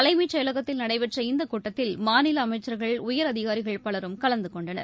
தலைமைச் செயலகத்தில் நடைபெற்ற இந்தகூட்டத்தில் மாநிலஅமைச்சர்கள் உயரதிகாரிகள் பலரும் கலந்துகொண்டனர்